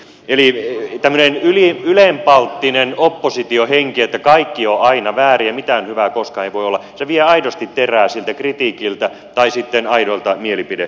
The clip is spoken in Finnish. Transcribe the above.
eli tämmöinen ylenpalttinen oppositiohenki että kaikki on aina väärin ja mitään hyvää koskaan ei voi olla vie aidosti terää siltä kritiikiltä tai sitten aidoilta mielipide eroilta